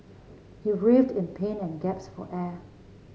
he writhed in pain and gasped for air